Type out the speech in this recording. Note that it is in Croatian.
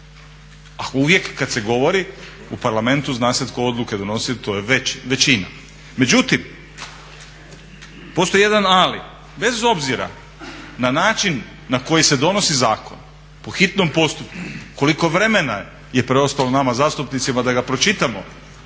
A uvijek kad se govori u Parlamentu zna se tko odluke donosi, to je većina. Međutim, postoji jedan ali, bez obzira na način na koji se donosi zakon po hitnom postupku, koliko vremena je preostalo nama zastupnicima da ga pročitamo